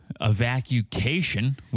Evacuation